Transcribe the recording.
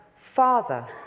father